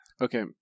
okay